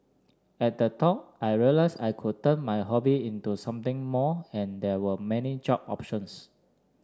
at the talk I realised I could turn my hobby into something more and there were many job options